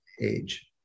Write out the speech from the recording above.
age